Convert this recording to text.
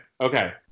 Okay